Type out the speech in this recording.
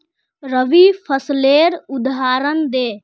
रवि फसलेर उदहारण दे?